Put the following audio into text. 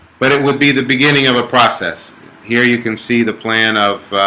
but it would be the beginning of a process here, you can see the plan of